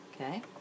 Okay